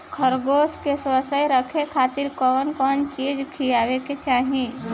खरगोश के स्वस्थ रखे खातिर कउन कउन चिज खिआवे के चाही?